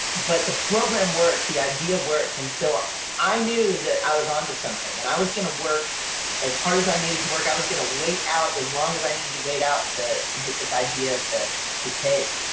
but the program worked. the idea worked and so i knew that i was on to something. and i was gonna work as hard as i needed to work. i was going to wait out as long as i needed to wait out to to get this idea to to take.